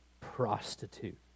prostitute